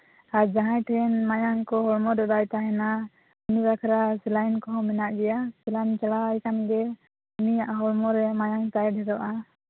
ᱟᱨ ᱡᱟᱦᱟᱸᱭ ᱴᱷᱮᱱ ᱢᱟᱭᱟᱢ ᱠᱚ ᱦᱚᱲᱢᱚ ᱨᱮ ᱵᱟᱭ ᱛᱟᱦᱮᱱᱟ ᱩᱱᱤ ᱵᱟᱠᱷᱨᱟ ᱥᱮᱞᱟᱭᱤᱱ ᱠᱚᱦᱚᱸ ᱢᱮᱱᱟᱜ ᱜᱮᱭᱟ ᱥᱮᱞᱟᱭᱤᱱ ᱪᱟᱞᱟᱣᱟᱭ ᱠᱷᱟᱱᱜᱮ ᱩᱱᱤᱭᱟᱜ ᱦᱚᱲᱢᱚ ᱨᱮ ᱢᱟᱭᱟᱢ ᱛᱟᱭ ᱰᱷᱮᱨᱚᱜᱼᱟ